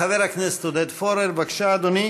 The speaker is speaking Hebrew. חבר הכנסת עודד פורר, בבקשה, אדוני.